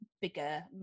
bigger